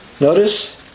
Notice